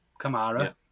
Kamara